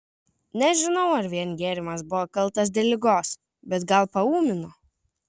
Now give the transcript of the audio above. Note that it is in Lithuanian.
nežinau ar vien gėrimas buvo kaltas dėl ligos bet gal paūmino